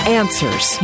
answers